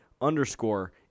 underscore